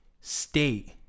state